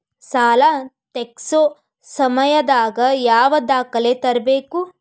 ಸಾಲಾ ತೇರ್ಸೋ ಸಮಯದಾಗ ಯಾವ ದಾಖಲೆ ತರ್ಬೇಕು?